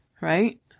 right